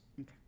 Okay